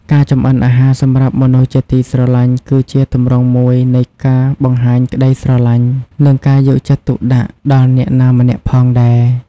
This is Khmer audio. ការចម្អិនអាហារសម្រាប់មនុស្សជាទីស្រឡាញ់គឺជាទម្រង់មួយនៃការបង្ហាញក្ដីស្រឡាញ់ និងការយកចិត្តទុកដាក់ដល់អ្នកណាម្នាក់ផងដែរ ។